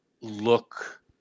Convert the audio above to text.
look